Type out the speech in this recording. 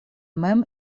mem